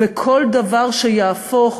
כל דבר שיהפוך